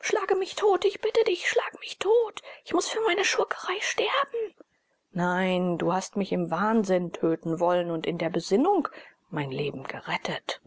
schlage mich tot ich bitte dich schlage mich tot ich muß für meine schurkerei sterben nein du hast mich im wahnsinn töten wollen und in der besinnung mein leben gerettet